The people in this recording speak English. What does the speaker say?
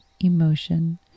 emotion